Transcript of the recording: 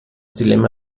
dilemma